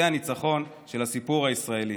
זה הניצחון של הסיפור הישראלי.